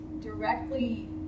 directly